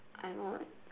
I know right